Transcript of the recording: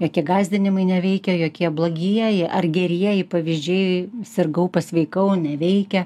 jokie gąsdinimai neveikia jokie blogieji ar gerieji pavyzdžiai sirgau pasveikau neveikia